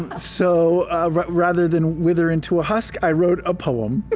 so rather than wither into a husk, i wrote a poem.